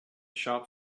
shop